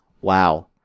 Wow